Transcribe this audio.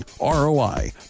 ROI